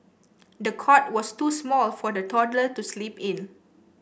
the cot was too small for the toddler to sleep in